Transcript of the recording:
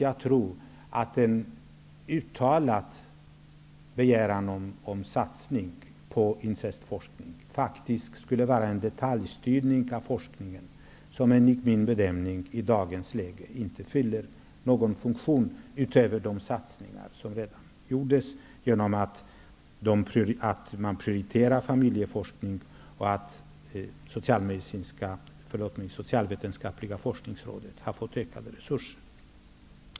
Jag tror att en uttalad begäran om satsning på incestforskning skulle vara en detaljstyrning av forskningen som enligt min bedömning i dagens läge inte fyller någon funktion utöver de satsningar som redan gjorts genom att man prioriterar familjeforskning och att Socialvetenskapliga forskningsrådet har fått ökade resurser.